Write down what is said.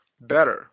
better